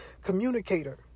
communicator